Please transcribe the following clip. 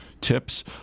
tips